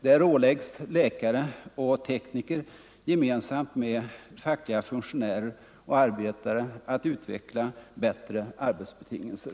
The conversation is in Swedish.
Där åläggs läkare och tekniker gemensamt med fackliga funktionärer och arbetare att utveckla bättre arbetsbetingelser.